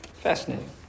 Fascinating